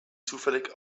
zufällig